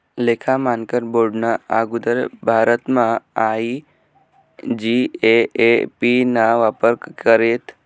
लेखा मानकर बोर्डना आगुदर भारतमा आय.जी.ए.ए.पी ना वापर करेत